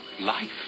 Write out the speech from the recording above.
life